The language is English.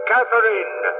Catherine